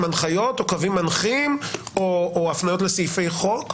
הנחיות או קווים מנחים או הפניות לסעיפי חוק,